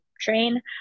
train